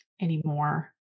anymore